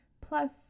Plus